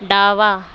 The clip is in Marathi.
डावा